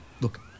Look